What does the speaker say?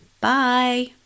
Bye